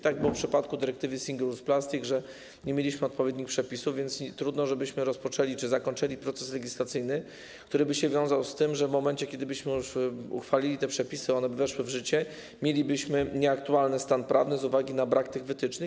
Tak było w przypadku dyrektywy single-use plastics, że nie mieliśmy odpowiednych przepisów, więc trudno, żebyśmy rozpoczęli czy zakończyli proces legislacyjny, który by się wiązał z tym, że w momencie kiedy już uchwalilibyśmy te przepisy i one by weszły w życie, mielibyśmy nieaktualny stan prawny z uwagi na brak tych wytycznych.